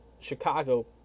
Chicago